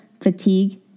fatigue